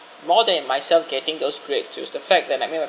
more than myself getting those grades dues the fact that I make my